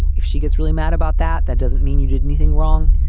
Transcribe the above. if she gets really mad about that, that doesn't mean you did anything wrong.